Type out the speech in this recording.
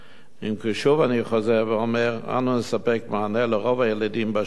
אם כי שוב אני חוזר ואומר: אנו נספק מענה לרוב הילדים בשנתון.